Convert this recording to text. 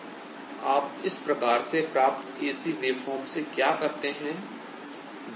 आप इस प्रकार से प्राप्त ए सी वेवफॉर्म से क्या करते हैं